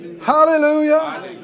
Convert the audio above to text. Hallelujah